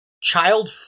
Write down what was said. Child